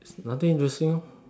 it's nothing interesting lor